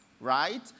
right